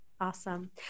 Awesome